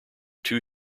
two